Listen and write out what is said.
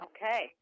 Okay